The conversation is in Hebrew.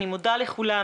אני מודה לכולם